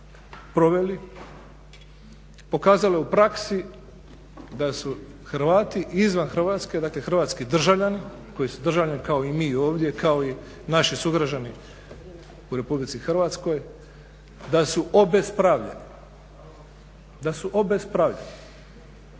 proveli, pokazalo je u praksi da su Hrvati izvan Hrvatske dakle hrvatski državljani koji su državljani kao i mi ovdje, kao i naši sugrađani u RH da su obespravljeni. Zamislite u BiH